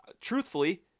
truthfully